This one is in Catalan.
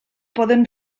poden